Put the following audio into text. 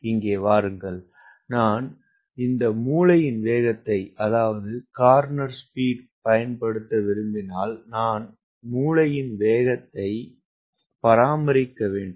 இங்கே வாருங்கள் நான் மூலையின் வேகத்தைப் பயன்படுத்த விரும்பினால் நான் மூலை வேகத்தை பராமரிக்க வேண்டும்